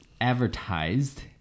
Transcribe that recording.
advertised